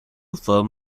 firm